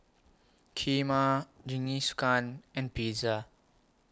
Kheema Jingisukan and Pizza